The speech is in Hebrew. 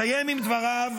אסיים בדבריו